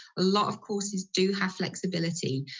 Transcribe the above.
a lot of courses do have flexibility,